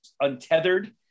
untethered